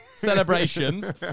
celebrations